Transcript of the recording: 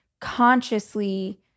consciously